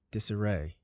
Disarray